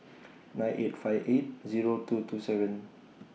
nine eight five eight Zero two two seven